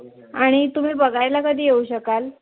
आणि तुम्ही बघायला कधी येऊ शकाल